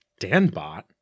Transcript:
Danbot